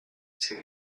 c’est